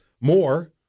more